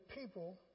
people